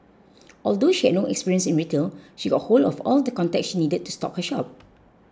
although she had no experience in retail she got hold of all the contacts she needed to stock her shop